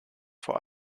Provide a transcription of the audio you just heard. vor